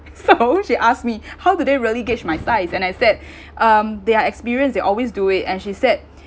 so she ask me how do they really gauge my size and I said um they are experienced they always do it and she said